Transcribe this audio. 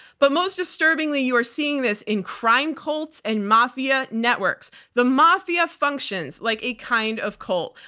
but most disturbingly, you are seeing this in crime cults and mafia networks. the mafia functions like a kind of cult.